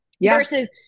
versus